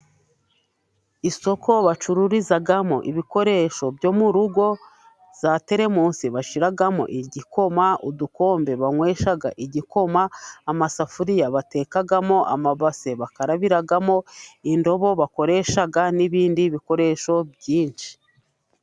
Isoko bacururizamo ibikoresho byo mu rugo, za terimusi bashyiramo igikoma, udukombe banywesha igikoma, amasafuriya batekamo, amabase bakarabiramo, indobo bakoresha, n'ibindi bikoresho byinshi.